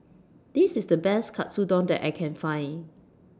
This IS The Best Katsudon that I Can Find